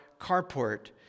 carport